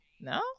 No